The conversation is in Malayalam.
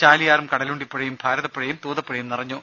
ചാലിയാറും കടലുണ്ടിപ്പുഴയും ഭാരതപ്പുഴയും തൂതപ്പുഴയും നിറഞ്ഞു